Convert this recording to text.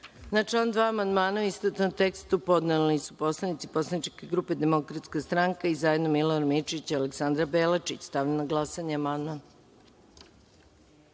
član 2. amandmane u istovetnom tekstu podneli su poslanici poslaničke grupe Demokratska stranka i zajedno Milorad Mirčić i Aleksandra Belačić. Stavljam na glasanje